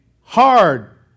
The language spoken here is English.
hard